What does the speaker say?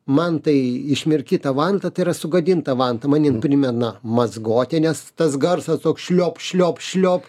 man tai išmirkyta vanta tai yra sugadinta vanta man jin primena mazgotę nes tas garsas toks šliop šliop šliop